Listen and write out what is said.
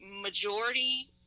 majority